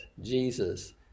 Jesus